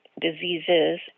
diseases